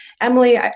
emily